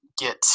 get